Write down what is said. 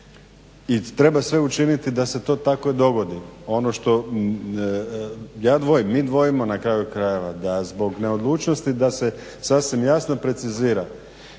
I treba sve učiniti da se to tako dogodi. Ono što ja dvojim, mi dvojimo, na kraju krajeva da zbog neodlučnosti da se sasvim jasno precizira